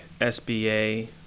SBA